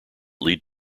lead